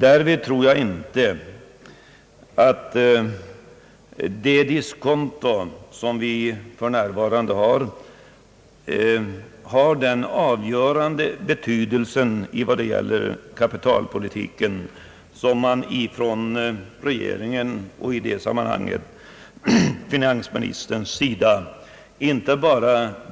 Därvid tror jag inte att det diskonto, som vi för närvarande har, är av avgörande betydelse för kapitalpolitiken, vilket regeringen och då främst finansministern